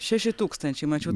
šeši tūkstančiai mačiau